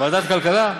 ועדת הכלכלה?